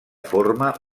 forma